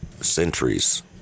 centuries